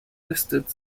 listed